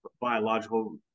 biological